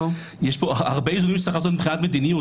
יש פה הרבה איזונים שצריך לעשות מבחינת מדיניות,